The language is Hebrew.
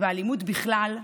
ואלימות בכלל,